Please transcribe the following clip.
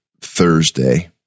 Thursday